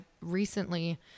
recently